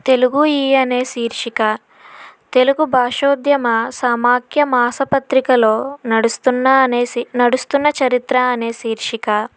తెలుగు ఈ అనే శీర్షిక తెలుగు భాషోద్యమ సమాఖ్య మాస పత్రికలో నడుస్తున్న అనే నడుస్తున్న చరిత్ర అనే శీర్షిక